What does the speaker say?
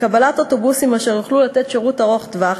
לקבלת אוטובוסים אשר יוכלו לתת שירות ארוך-טווח